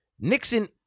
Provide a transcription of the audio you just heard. Nixon